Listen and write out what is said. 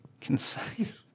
Concise